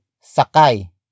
sakai